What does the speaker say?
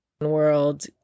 world